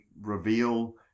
reveal